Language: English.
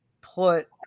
put